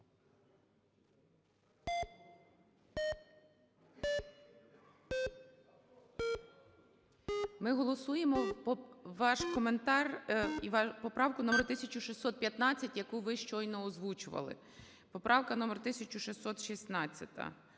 Ми голосуємо ваш коментар і поправку номер 1615, яку ви щойно озвучували. 13:05:22 За-5 Поправка номер 1616.